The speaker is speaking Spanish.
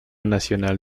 nacional